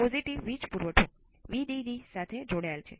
ઠીક છે